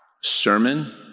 sermon